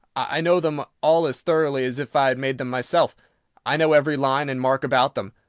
i know them all as thoroughly as if i had made them myself i know every line and mark about them.